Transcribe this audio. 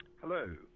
Hello